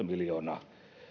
miljoonaa